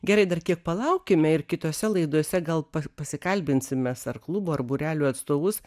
gerai dar kiek palaukime ir kitose laidose gal pa pasikalbinsim mes ar klubų ar būrelių atstovus